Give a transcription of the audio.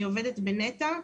אני עובדת בנת"ע,